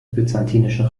byzantinischen